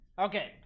Okay